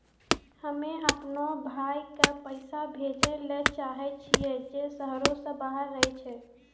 हम्मे अपनो भाय के पैसा भेजै ले चाहै छियै जे शहरो से बाहर रहै छै